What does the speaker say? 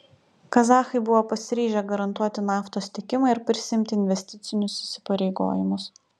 kazachai buvo pasiryžę garantuoti naftos tiekimą ir prisiimti investicinius įsipareigojimus